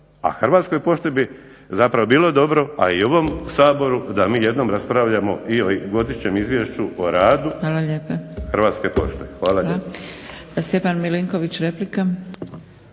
a Hrvatskoj pošti bi zapravo bilo dobro, pa i ovom Saboru da mi jednom raspravljamo i o godišnjem izvješću o radu Hrvatske pošte.